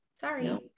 Sorry